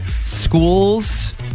schools